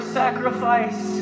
sacrifice